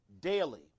daily